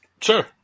sure